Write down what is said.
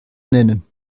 nennen